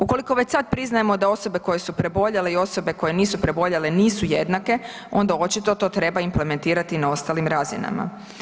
Ukoliko već sada priznajemo da osobe koje su preboljele i osobe koje nisu preboljele nisu jednake onda očito to treba implementirati na ostalim razinama.